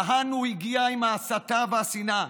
לאן הוא הגיע עם ההסתה והשנאה.